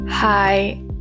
Hi